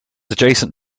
adjacent